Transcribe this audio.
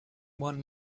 one